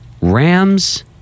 Rams-